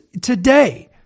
today